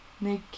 Nick